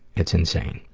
it's insane.